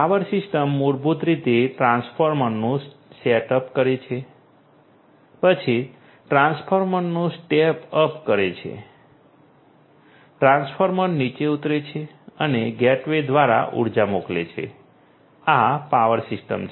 power system મૂળભૂત રીતે ટ્રાન્સફોર્મરનું સેટઅપ કરે છે પછી ટ્રાન્સફોર્મરનું સ્ટેપ અપ કરે છે ટ્રાન્સફોર્મર નીચે ઉતરે છે અને ગેટવે દ્વારા ઊર્જા મોકલે છે આ પાવર સિસ્ટમ છે